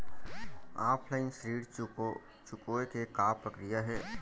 Offline ऋण चुकोय के का प्रक्रिया हे?